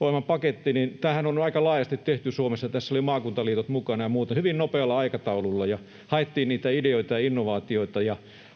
ohjelman pakettihan on nyt aika laajasti tehty Suomessa — tässä oli maakuntaliitot mukana ja muuta — hyvin nopealla aikataululla ja on haettu niitä ideoita ja innovaatioita